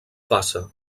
passa